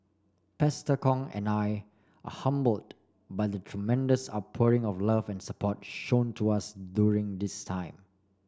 Pastor Kong and I are humbled by the tremendous outpouring of love and support shown to us during this time